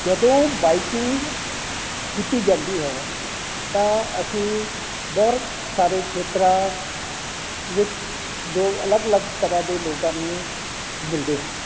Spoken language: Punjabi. ਜਦੋਂ ਬਾਈਕਿੰਗ ਕੀਤੀ ਜਾਂਦੀ ਹੈ ਤਾਂ ਅਸੀਂ ਬਹੁਤ ਸਾਰੇ ਖੇਤਰਾਂ ਵਿੱਚ ਲੋਕ ਅਲੱਗ ਅਲੱਗ ਤਰ੍ਹਾਂ ਦੇ ਲੋਕਾਂ ਨੂੰ ਮਿਲਦੇ ਹਾਂ